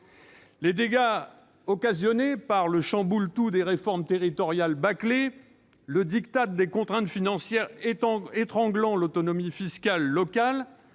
Les dégâts occasionnés par le chamboule-tout des réformes territoriales bâclées, le des contraintes financières étranglant l'autonomie fiscale locale,